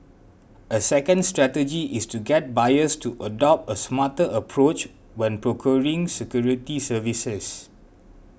a second strategy is to get buyers to adopt a smarter approach when procuring security services